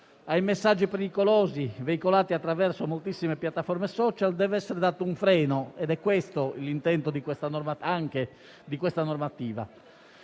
Ai messaggi pericolosi veicolati attraverso moltissime piattaforme *social* deve essere dato un freno, ed è anche questo l'intento della normativa